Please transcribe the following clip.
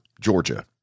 Georgia